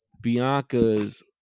Bianca's